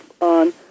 on